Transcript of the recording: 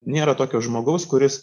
nėra tokio žmogaus kuris